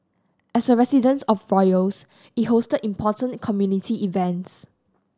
as the residence of royals it hosted important community events